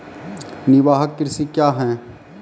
निवाहक कृषि क्या हैं?